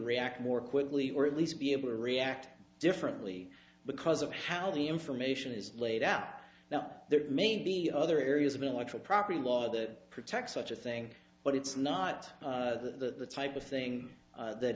react more quickly or at least be able to react differently because of how the information is laid out now there may be other areas of intellectual property law that protects such a thing but it's not the type of thing that